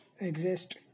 exist